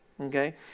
Okay